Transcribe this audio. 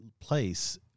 place